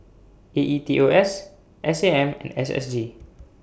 A E T O S S A M and S S G